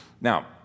Now